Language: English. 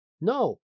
No